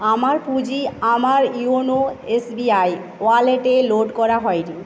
আমার পুঁজি আমার ইউনো এসবিআই ওয়ালেটে লোড করা হয়নি